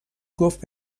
گفت